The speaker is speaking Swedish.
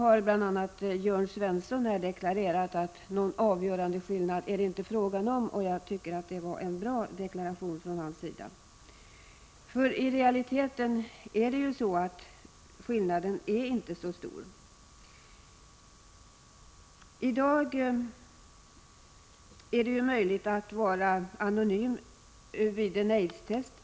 a. Jörn Svensson har här deklarerat att det inte är fråga om någon avgörande skillnad i detta sammanhang. Jag tycker att det var en bra deklaration från hans sida. I realiteten är nämligen skillnaden inte så stor. I dag är det ju möjligt att vara anonym vid aidstest.